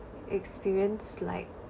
experienced like